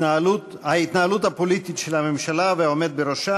ההתנהלות הפוליטית של הממשלה והעומד בראשה